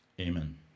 Amen